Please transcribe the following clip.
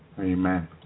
Amen